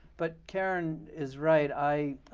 but karen is right. i